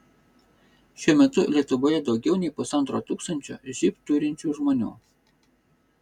šiuo metu lietuvoje daugiau nei pusantro tūkstančio živ turinčių žmonių